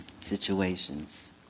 situations